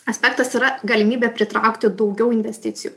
aspektas yra galimybė pritraukti daugiau investicijų